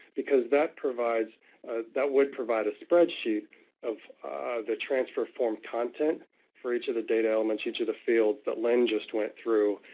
because that provides that would provide a spreadsheet of the transfer form content for each of the data elements, each of the field that lynn just went through.